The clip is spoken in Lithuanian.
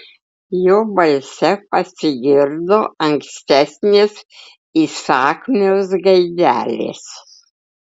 jo balse pasigirdo ankstesnės įsakmios gaidelės